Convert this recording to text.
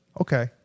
Okay